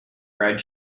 red